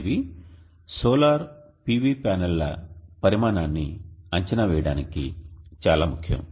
అనేవి solar PV ప్యానెల్ల పరిమాణాన్ని అంచనా వేయడానికి చాలా ముఖ్యం